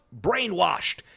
Brainwashed